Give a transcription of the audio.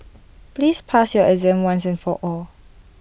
please pass your exam once and for all